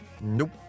Nope